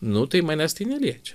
nu tai manęs tai neliečia